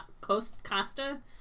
Costa